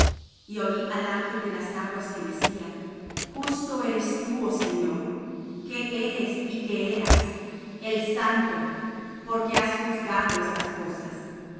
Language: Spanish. y oí al ángel de las aguas que decía justo eres tú oh señor que eres y que eras el santo porque has juzgado estas cosas